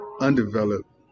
undeveloped